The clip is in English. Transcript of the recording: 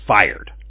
fired